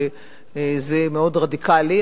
שזה מאוד רדיקלי,